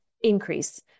increase